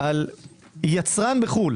על יצרן בחו"ל